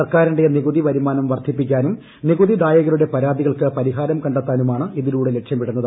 സർക്കാരിന്റെ നികുതി വരുമാനം വർദ്ധിപ്പിക്കാനും നികുതിദായകരുടെ പരാതികൾക്ക് പരിഹാരം കണ്ടെത്താനുമാണ് ഇതിലൂടെ ലക്ഷ്യമിടുന്നത്